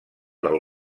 del